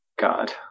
God